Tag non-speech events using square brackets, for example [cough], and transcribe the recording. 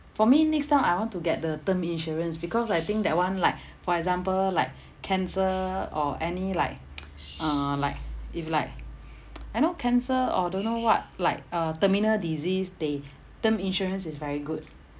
for me next time I want to get the term insurance because I think that [one] like for example like cancer or any like [noise] uh like if like I know cancer or don't know what like uh terminal disease they term insurance is very good